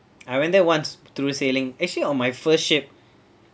I went there once through sailing actually on my first ship